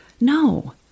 No